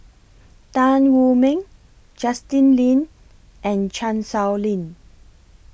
Tan Wu Meng Justin Lean and Chan Sow Lin